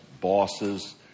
bosses